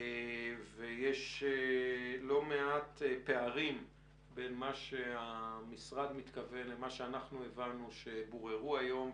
יש לא מעט פערים בין מה שהמשרד מתכוון לבין מה שאנחנו הבנו שבוררו היום,